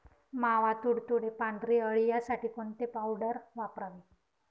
मावा, तुडतुडे, पांढरी अळी यासाठी कोणती पावडर वापरावी?